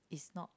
is not